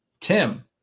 Tim